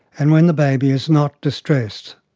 and when the baby is not distressed.